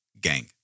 Gang